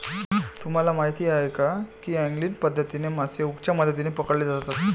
तुम्हाला माहीत आहे का की एंगलिंग पद्धतीने मासे हुकच्या मदतीने पकडले जातात